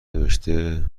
نوشته